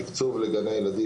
בתקצוב לגני הילדים,